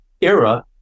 era